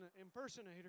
impersonator